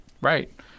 Right